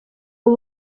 ubu